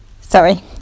Sorry